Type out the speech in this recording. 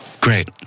Great